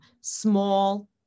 small